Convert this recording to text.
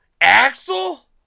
axel